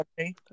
okay